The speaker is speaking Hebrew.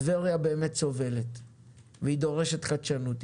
טבריה באמת סובלת והיא דורשת חדשנות,